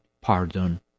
pardon